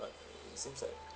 but it seems like